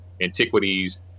Antiquities